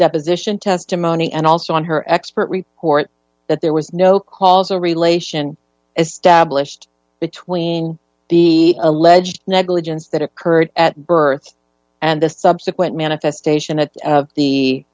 deposition testimony and also on her expert report that there was no causal relation established between the alleged negligence that occurred at birth and the subsequent manifestation at